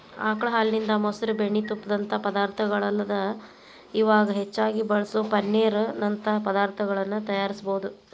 ಆಕಳ ಹಾಲಿನಿಂದ, ಮೊಸರು, ಬೆಣ್ಣಿ, ತುಪ್ಪದಂತ ಪದಾರ್ಥಗಳಲ್ಲದ ಇವಾಗ್ ಹೆಚ್ಚಾಗಿ ಬಳಸೋ ಪನ್ನೇರ್ ನಂತ ಪದಾರ್ತಗಳನ್ನ ತಯಾರಿಸಬೋದು